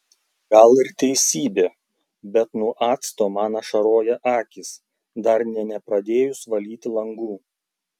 gal ir teisybė bet nuo acto man ašaroja akys dar nė nepradėjus valyti langų